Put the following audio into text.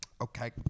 Okay